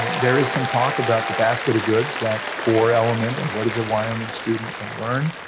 there is some talk about the basket of goods, that core element of what is a wyoming student gonna learn,